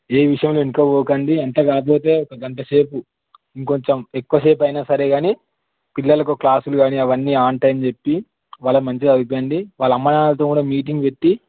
ఏ విషయంలో వెనక పోకండి అంత కాకపోతే ఒక గంట సేపు ఇంకొంచం ఎక్కువసేపు అయినా సరే కానీ పిల్లలకు క్లాసులు కానీ అవన్నీ ఆన్ టైమ్ చెప్పి వాళ్ళని మంచిగా చదివించండి వాళ్ళ అమ్మనాన్నలతో కూడా మీటింగ్ పెట్టి